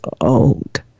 old